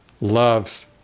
loves